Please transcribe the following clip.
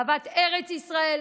אהבת ארץ ישראל.